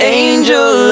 angel